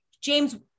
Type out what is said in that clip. James